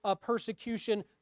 persecution